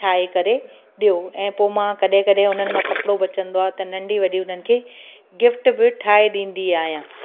ठाहे करे ॾियो ऐं पोइ मां कॾहिं कॾहिं उन्हनि मां कपिड़ो बचंदो आहे त नंढी वॾी उन्हनि खे गिफ्ट बि ठाहे ॾींदी आहियां